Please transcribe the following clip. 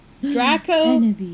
Draco